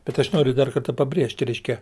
bet aš noriu dar kartą pabrėžti reiškia